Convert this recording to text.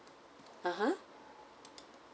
(uh huh)